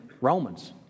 Romans